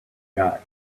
got